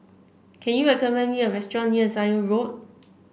can you recommend me a restaurant near Zion Road